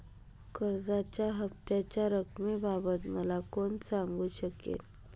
कर्जाच्या हफ्त्याच्या रक्कमेबाबत मला कोण सांगू शकेल?